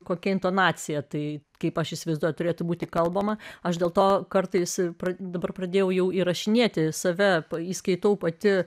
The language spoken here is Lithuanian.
kokia intonacija tai kaip aš įsivaizduoju turėtų būti kalbama aš dėl to kartais pradedu dabar pradėjau įrašinėti save po įskaitų pati